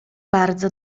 bardzo